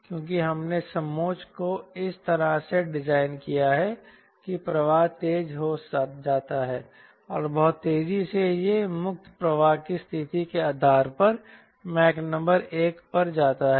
क्योंकि हमने समोच्च को इस तरह से डिजाइन किया है कि प्रवाह तेज हो जाता है और बहुत तेजी से यह मुक्त प्रवाह की स्थिति के आधार पर मैक नंबर 1 पर जाता है